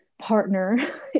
partner